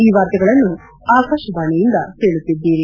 ಈ ವಾರ್ತೆಗಳನ್ನು ಆಕಾಶವಾಣೆಯಿಂದ ಕೇಳುತ್ತಿದ್ದೀರಿ